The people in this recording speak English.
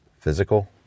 physical